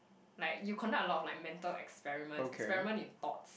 like you conduct a lot of like mental experiments experiment in thoughts